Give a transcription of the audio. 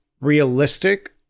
realistic